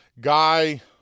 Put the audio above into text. Guy